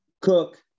Cook